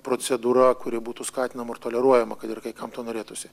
procedūra kuri būtų skatinama ir toleruojama kad ir kai kam to norėtųsi